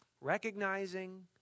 Recognizing